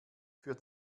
für